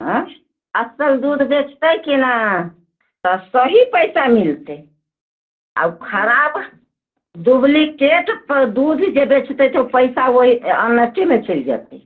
अइ असल दूध बेचतै कि ने तऽ सही पैसा मिलतै आओर उ खराब डुब्लिकेट दूध जे बेचतै तऽ ओ पैसा ओहि अन्नटेमे चलि जेतै